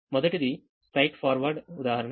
మొదటిది straight forward ఉదాహరణ